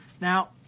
Now